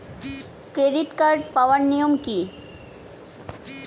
Credit card পাওয়ার নিয়ম কী?